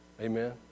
amen